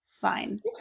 fine